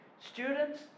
Students